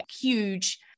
huge